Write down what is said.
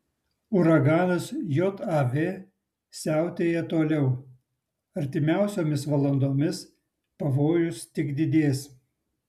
uraganas jav siautėja toliau artimiausiomis valandomis pavojus tik didės